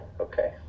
Okay